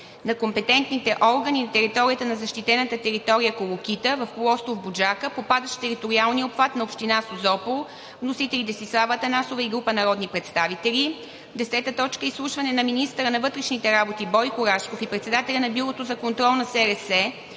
на компетентните органи на територията на защитената територия „Колокита“ в полуостров „Буджака“, попадащ в териториалния обхват на община Созопол. Вносители – Десислава Атанасова и група народни представители. 10. Изслушване на министъра на вътрешните работи Бойко Рашков и председателя на Бюрото за контрол на СРС